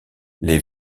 les